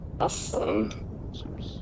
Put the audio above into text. Awesome